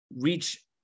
reach